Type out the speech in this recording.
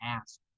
ask